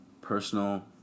personal